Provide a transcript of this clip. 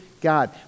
God